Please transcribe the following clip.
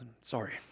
sorry